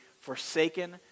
forsaken